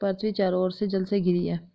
पृथ्वी चारों ओर से जल से घिरी है